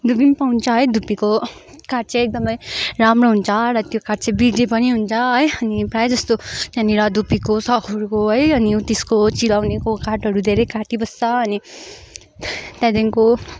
धुपी पनि पाउँछ है धुपीको काठ चाहिँ एकदमै राम्रो हुन्छ र त्यो काठ चाहिँ बिक्री पनि हुन्छ है अनि प्रायः जस्तो त्यहाँनिर धुपीको सउरको है अनि उत्तिसको चिलाउनेको काठहरू धेरै काटिबस्छ अनि त्यहाँदेखिको